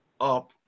up